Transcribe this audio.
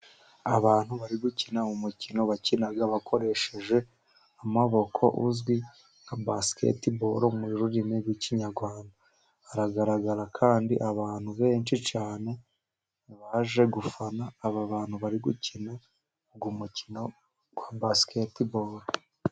Abantu bari gukina umukino bakina bakoresheje amaboko, uzwi nka basikete boro mu rurimi rw'ikinyarwanda, haragaragara kandi abantu benshi cyane, baje gufana aba bantu bari gukina uwo mukino wa basikete boro.